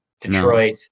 Detroit